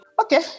okay